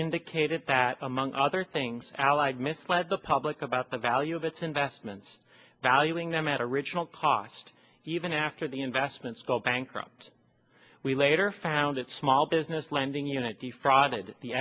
indicated that among other things allied misled the public about the value of its investments valuing them at original cost even after the investments go bankrupt we later found its small business lending unit defrauded the